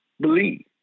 believe